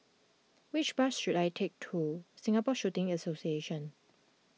which bus should I take to Singapore Shooting Association